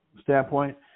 standpoint